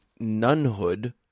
nunhood